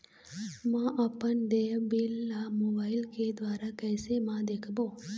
म अपन देय बिल ला मोबाइल के द्वारा कैसे म देखबो?